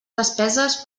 despeses